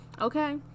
Okay